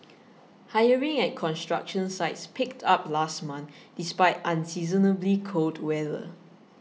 hiring at construction sites picked up last month despite unseasonably cold weather